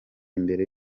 imbere